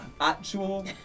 Actual